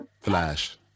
Flash